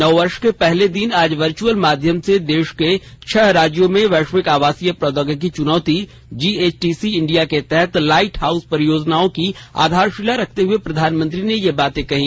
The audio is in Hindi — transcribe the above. नववर्ष के पहले दिन आज वर्चुअल माध्यम से देश के छह राज्यों में वैश्विक आवासीय प्रौद्योगिकी चुनौती जीएचटीसी इंडिया के तहत लाइट हाउस परियोजनाओं की आधारशिला रखते हुए प्रधानमंत्री ने यह बात कही